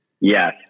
Yes